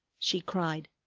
she cried,